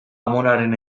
amonaren